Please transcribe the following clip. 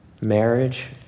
Marriage